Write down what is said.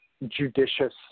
judicious